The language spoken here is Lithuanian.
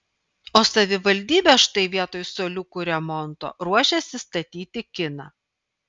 o savivaldybė štai vietoj suoliukų remonto ruošiasi statyti kiną